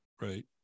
right